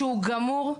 שהוא גמור,